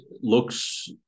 looks